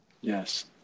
Yes